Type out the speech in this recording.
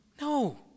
No